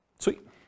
Sweet